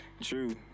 True